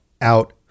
out